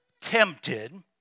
tempted